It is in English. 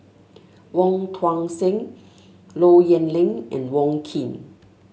Wong Tuang Seng Low Yen Ling and Wong Keen